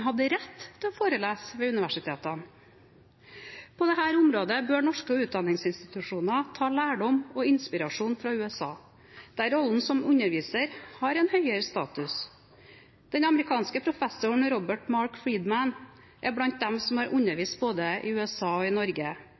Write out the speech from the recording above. hadde rett til å forelese ved universitetene. På dette området bør norske utdanningsinstitusjoner ta lærdom og inspirasjon fra USA, der rollen som underviser har høyere status. Den amerikanske professoren Robert Marc Friedman er blant dem som har undervist både i USA og i Norge,